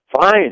Fine